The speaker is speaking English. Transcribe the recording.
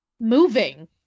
moving